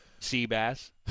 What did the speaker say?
Seabass